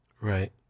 Right